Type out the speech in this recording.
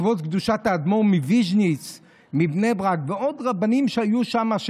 כבוד קדושת האדמו"ר מוויז'ניץ מבני ברק ועוד רבנים היו שם.